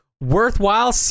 Worthwhile